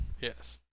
Yes